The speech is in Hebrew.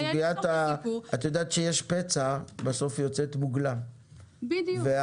את יודעת שיש פצע בסוף יוצאת מוגלה והדיור